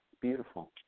Beautiful